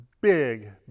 big